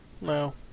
no